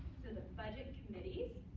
so the budget committees